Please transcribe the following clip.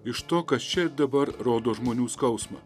iš to kas čia ir dabar rodo žmonių skausmą